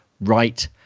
right